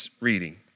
reading